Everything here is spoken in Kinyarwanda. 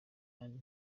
kandi